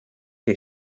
que